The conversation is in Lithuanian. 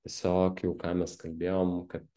tiesiog jau ką mes kalbėjom kad